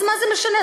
אז מה זה משנה,